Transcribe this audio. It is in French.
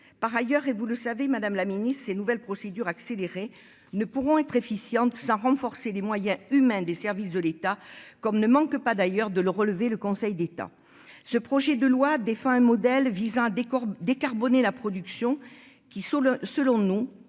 par ailleurs et vous le savez madame la Ministre, ces nouvelles procédures accélérées ne pourront être efficiente ça renforcer les moyens humains, des services de l'État, comme ne manque pas d'ailleurs de le relever, le Conseil d'État, ce projet de loi défend un modèle visant à décor décarboner la production qui sont